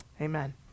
Amen